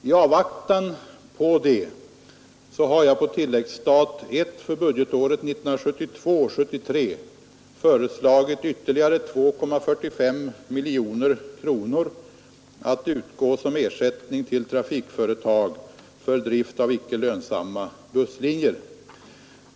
I avvaktan härpå har jag i tilläggsstat I för budgetåret 1972/73 föreslagit ytterligare 2,45 miljoner kronor att utgå som ersättning till trafikföretag för drift av icke lönsamma busslinjer.